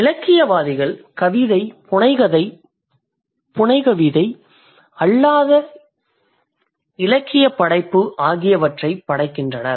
இலக்கியவாதிகள் கவிதை புனைகதை புனைகதை அல்லாத இலக்கியப் படைப்பு ஆகியவற்றைப் படைக்கின்றனர்